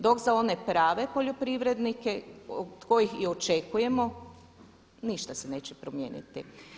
Dok za one prave poljoprivrednike od kojih i očekujemo ništa se neće promijeniti.